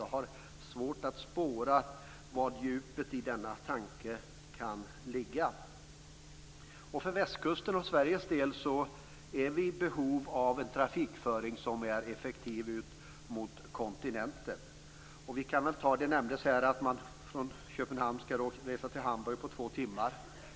Jag har svårt att spåra djupet i denna tanke. För Västkustens och Sveriges del är vi i behov av en effektiv trafikföring ut mot kontinenten. Det nämndes här att man från Köpenhamn kan resa till Hamburg på två timmar.